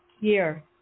Year